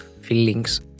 feelings